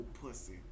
pussy